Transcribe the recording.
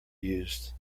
used